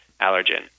allergen